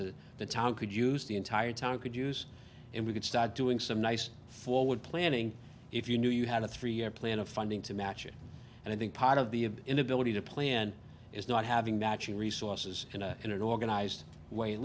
the town could use the entire town could use and we could start doing some nice forward planning if you knew you had a three year plan of funding to match it and i think part of the of the inability to plan is not having matching resources in an organized way at